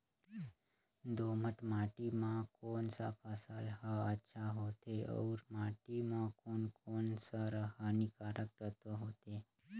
दोमट माटी मां कोन सा फसल ह अच्छा होथे अउर माटी म कोन कोन स हानिकारक तत्व होथे?